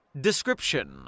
Description